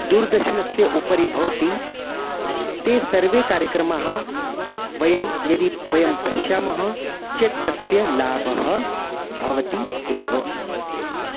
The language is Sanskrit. दूरदर्शनस्य उपरि भवन्ति ते सर्वे कार्यक्रमान् वयं यदि वयं पश्यामः चेत् तस्य लाभः भवति एव